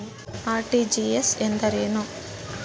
RTGS ಎಂದರೇನು?